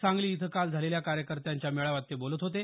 सांगली इथं काल झालेल्या कार्यकर्त्यांच्या मेळाव्यात ते बोलत होते